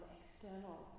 external